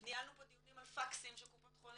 ניהלנו פה דיונים על פקסים של קופות חולים